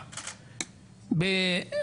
אני מתנשא על מתנחלים ופשיסטים, בדרך כלל.